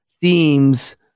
themes